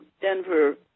denver